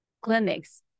clinics